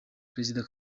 perezida